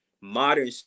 modern